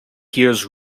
hears